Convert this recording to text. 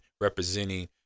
representing